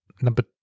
number